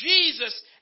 Jesus